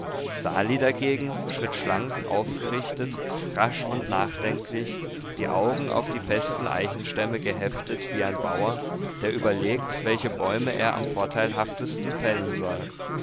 sali dagegen schritt schlank aufgerichtet rasch und nachdenklich die augen auf die festen eichenstämme geheftet wie ein bauer der überlegt welche bäume er am vorteilhaftesten fällen soll